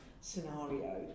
scenario